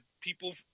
people